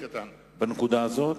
עוד דבר קטן בנקודה הזאת.